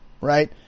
right